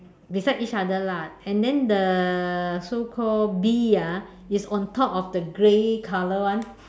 beside each other lah and then the so called bee ah is on top of the grey color [one]